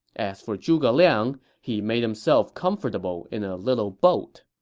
as for zhuge liang, he made himself comfortable in a little boat